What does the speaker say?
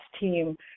team